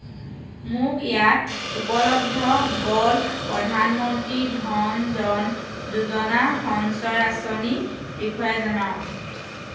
মোক ইয়াত উপলব্ধ গ'ল্ড প্ৰধান মন্ত্ৰী ধন জন যোজনা সঞ্চয় আঁচনিৰ বিষয়ে জনাওক